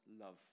love